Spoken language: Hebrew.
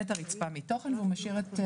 זה בדיוק מה ששאלתי, עידית.